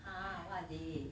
!huh! what are they